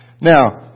Now